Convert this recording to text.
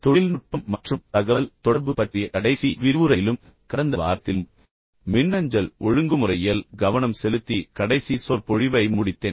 தொழில்நுட்பம் மற்றும் தகவல் தொடர்பு பற்றிய கடைசி விரிவுரையிலும் கடந்த வாரத்திலும் மின்னஞ்சல் ஒழுங்குமுறையில் கவனம் செலுத்தி கடைசி சொற்பொழிவை முடித்தேன்